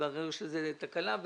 התברר שזו תקלה.